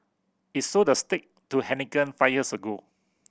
it sold the stake to Heineken five years ago